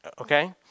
Okay